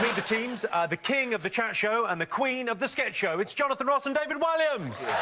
the the teams the king of the chat show and the queen of the sketch show, it's jonathan ross and david walliams.